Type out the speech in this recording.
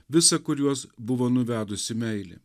visa kuriuos buvo nuvedusi meilė